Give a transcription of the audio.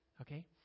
Okay